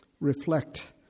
reflect